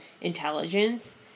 intelligence